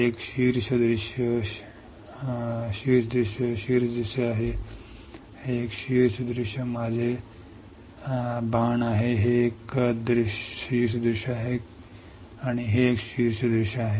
हे एक शीर्ष दृश्य शीर्ष दृश्य आहे हे एक शीर्ष दृश्य आहे हे एक शीर्ष दृश्य माझे बाण आहे हे एक शीर्ष दृश्य आहे आणि हे एक शीर्ष दृश्य आहे